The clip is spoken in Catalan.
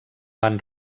van